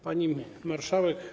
Pani Marszałek!